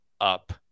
up